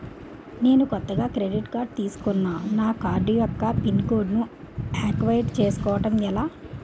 నేను కొత్తగా credit card తిస్కున్నా నా కార్డ్ యెక్క పిన్ కోడ్ ను ఆక్టివేట్ చేసుకోవటం ఎలా?